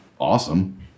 awesome